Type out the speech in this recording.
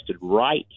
right